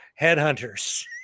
Headhunters